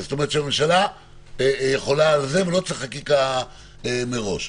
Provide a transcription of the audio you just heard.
שהממשלה יכולה לא צריכה חקיקה מראש.